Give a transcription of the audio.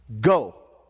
go